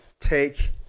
take